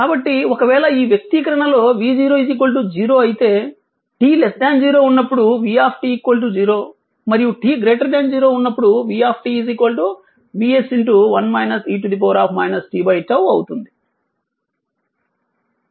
కాబట్టి ఒకవేళ ఈ వ్యక్తీకరణ లో v 0 0 అయితే t 0 ఉన్నప్పుడు v 0 మరియు t 0 ఉన్నప్పుడు v VS 1 e t τ అవుతుంది